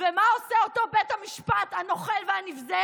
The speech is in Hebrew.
ומה עושה אותו בית המשפט הנוכל והנבזה?